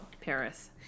Paris